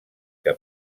que